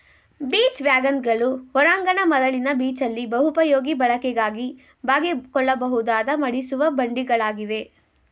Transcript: beach ವ್ಯಾಗನ್ಗಳು ಹೊರಾಂಗಣ ಮರಳಿನ ಬೀಚಲ್ಲಿ ಬಹುಪಯೋಗಿ ಬಳಕೆಗಾಗಿ ಬಾಗಿಕೊಳ್ಳಬಹುದಾದ ಮಡಿಸುವ ಬಂಡಿಗಳಾಗಿವೆ